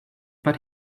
but